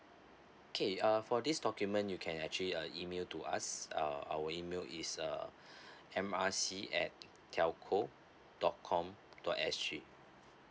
okay uh for this document you can actually uh email to us uh our email is uh M R C at telco dot com dot S G